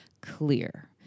clear